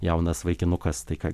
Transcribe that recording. jaunas vaikinukas tai ką